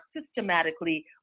systematically